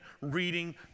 reading